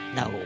no